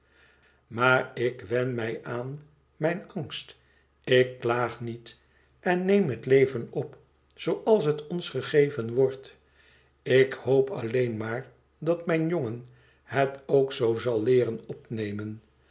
maar ik wen mij aan mijn angst ik klaag niet en neem het leven op zooals het ons gegeven wordt ik hoop alleen maar dat mijn jongen het ook zoo zal leeren opnemen